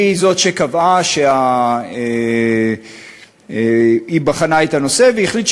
שהיא זאת שקבעה היא בחנה את הנושא והחליטה